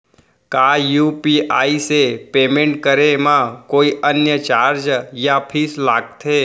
का यू.पी.आई से पेमेंट करे म कोई अन्य चार्ज या फीस लागथे?